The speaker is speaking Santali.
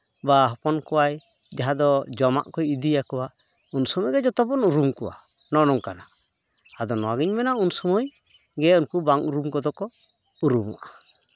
ᱵᱟ ᱦᱚᱯᱚᱱ ᱠᱚᱣᱟᱭ ᱡᱟᱦᱟᱸ ᱫᱚ ᱡᱚᱢᱟᱜ ᱠᱚᱭ ᱤᱫᱤ ᱟᱠᱚᱣᱟ ᱩᱱ ᱥᱚᱢᱚᱭᱜᱮ ᱡᱚᱛᱚ ᱵᱚᱱ ᱩᱨᱩᱢ ᱠᱚᱣᱟ ᱱᱚᱜ ᱱᱚᱝᱠᱟᱱᱟᱜ ᱟᱫᱚ ᱱᱚᱣᱟᱜᱤᱧ ᱢᱮᱱᱟ ᱩᱱ ᱥᱚᱢᱚᱭ ᱜᱮ ᱩᱱᱠᱩ ᱵᱟᱝ ᱩᱨᱩᱢ ᱠᱚᱫᱚ ᱠᱚ ᱩᱨᱩᱢᱚᱜᱼᱟ